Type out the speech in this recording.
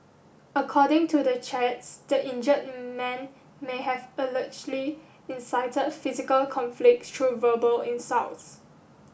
according to the chats the injured man may have allegedly incited physical conflict through verbal insults